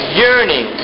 yearning